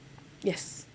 yes